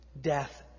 death